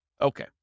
Okay